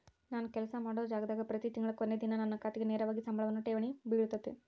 ನಾನು ಕೆಲಸ ಮಾಡೊ ಜಾಗದಾಗ ಪ್ರತಿ ತಿಂಗಳ ಕೊನೆ ದಿನ ನನ್ನ ಖಾತೆಗೆ ನೇರವಾಗಿ ಸಂಬಳವನ್ನು ಠೇವಣಿ ಬಿಳುತತೆ